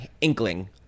inkling